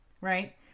right